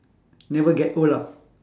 never get old ah